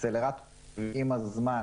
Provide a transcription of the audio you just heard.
עם הזמן,